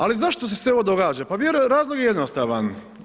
Ali zašto se sve ovo događa? pa razlog je jednostavan.